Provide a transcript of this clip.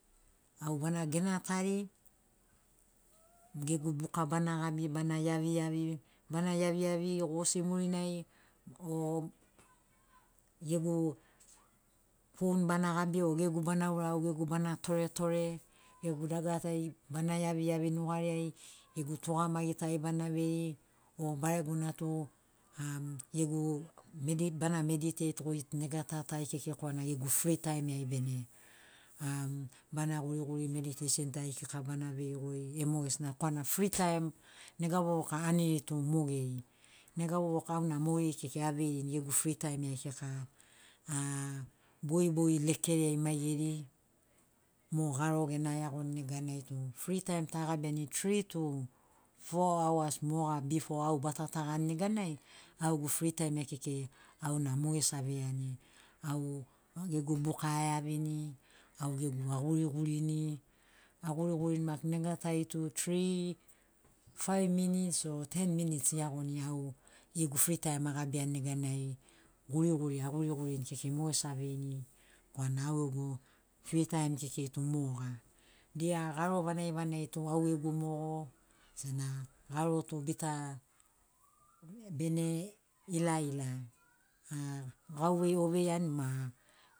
Au bana gena tari gegu buka bana gabi bana iaviiavi bana iaviiavi gosi murinai o gegu fon bana gabi o gegu ban aura au gegu ura bana toretore gegu dagara tari bana iaviiavi nugariai gegu tugamagi tari bana vei o baregona tu am gegu medi bana mediteit goi nega tatai kekei korana gegu fritaim ai bene am bana guriguri mediteisin tari kika bana vei goi e mogesina korana fritaim nega vovoka aniri tu mogeri nega vovoka auna mogeri kekei aveirini gegu fritaim ai kika a bogibogi lekeriai maigeri mo garo gena eagoni neganai tu fritaim tagabiani tri tu fo aoas moga bifo au ba tatagani neganai au gegu fritaim ai kekei auna mogesi aveiani au gegu buka aeavini au gegu agurigurini agurigurini maki nega tai tu tri fai minits o ten minits eagoni au gegu fritaim agabiani neganai guriguri agurigurini kekei mogesi aveini korana au gegu fritaim kekei tu moga dia garo vanagi vanagi tu au gegu mogo sena garo tu bita bene ilaila a gauvei oveiani ma